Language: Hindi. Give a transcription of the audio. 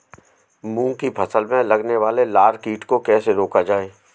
मूंग की फसल में लगने वाले लार कीट को कैसे रोका जाए?